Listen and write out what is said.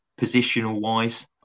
positional-wise